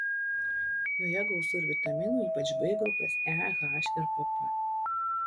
joje gausu ir vitaminų ypač b grupės e h ir pp